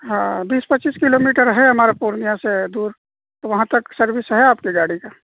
ہاں بیس پچیس کلو میٹر ہے ہمارے پورنیہ سے دور تو وہاں تک سروس ہے آپ کے گاڑی کا